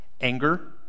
anger